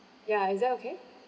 ya is that okay